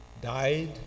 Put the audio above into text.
died